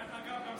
דרך אגב,